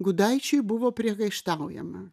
gudaičiui buvo priekaištaujama